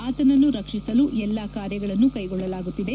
ಆತನನ್ನು ರಕ್ಷಿಸಲು ಎಲ್ಲ ಕಾರ್ಯಗಳನ್ನು ಕೈಗೊಳ್ಳಲಾಗುತ್ತಿದೆ